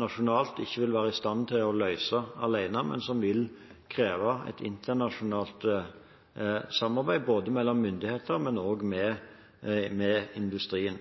nasjonalt ikke vil være i stand til å løse alene, men som vil kreve et internasjonalt samarbeid ikke bare mellom myndigheter, men også med industrien.